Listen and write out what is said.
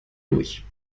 durch